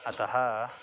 अतः